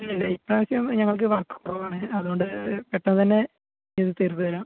ഒന്നുമില്ല ഈ പ്രാവശ്യം ഞങ്ങൾക്ക് വർക്ക് കുറവാണേ അതുകൊണ്ട് പെട്ടെന്ന് തന്നെ ചെയ്ത് തീർത്ത് തരാം